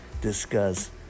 discuss